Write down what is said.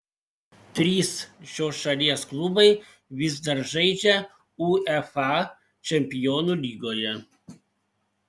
trys šios šalies klubai vis dar žaidžia uefa čempionų lygoje